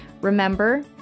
Remember